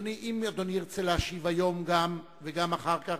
אם אדוני ירצה להשיב גם היום וגם אחר כך,